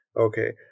Okay